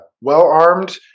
well-armed